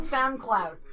SoundCloud